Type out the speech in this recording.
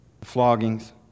floggings